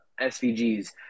SVGs